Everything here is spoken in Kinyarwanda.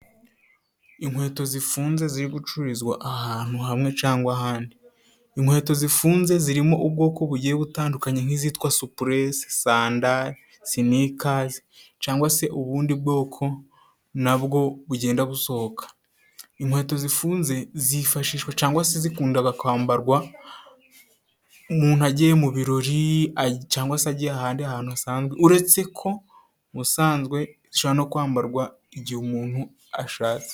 Inkweto zifunze ziri gucururizwa ahantu hamwe cangwa ahandi. Inkweto zifunze zirimo ubwoko bugiye butandukanye nk'izitwa supuresi, sandari, sinikazi cangwa si ubundi bwoko nabwo bugenda busohoka . Inkweto zifunze zifashishwa cangwa si zikundaga kwambarwa umuntu agiye mu birori cangwa si agiye ahandi hantu hasanzwe uretse ko ubusanzwe zishobora no kwambarwa igihe umuntu ashatse.